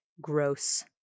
gross